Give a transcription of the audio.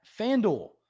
FanDuel